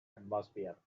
atmosphere